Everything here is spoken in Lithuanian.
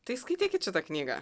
tai skaitykit šitą knygą